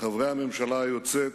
חברי הממשלה היוצאת,